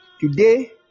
Today